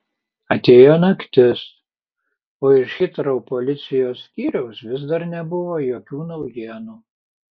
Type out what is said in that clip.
atėjo naktis o iš hitrou policijos skyriaus vis dar nebuvo jokių naujienų